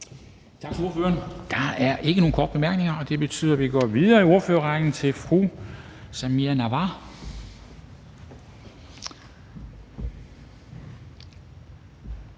Tak til ordføreren. Der er ikke nogen korte bemærkninger, og det betyder, at vi går videre i ordførerrækken til fru Samira Nawa,